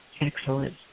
Excellent